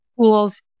tools